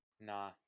Nah